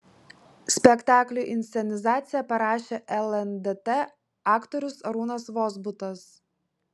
spektakliui inscenizaciją parašė lndt aktorius arūnas vozbutas